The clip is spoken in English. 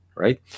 right